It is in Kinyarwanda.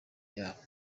yabo